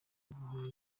guhora